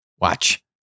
watch